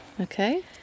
Okay